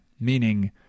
Meaning